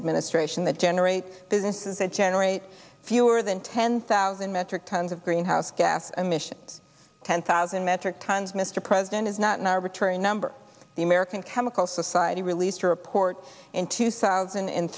administration that generates businesses that generate fewer than ten thousand metric tons of greenhouse gas emissions ten thousand metric tons mr president is not an arbitrary number the american chemical society released a report in two thousand and